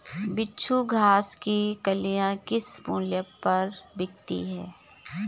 बिच्छू घास की कलियां किस मूल्य पर बिकती हैं?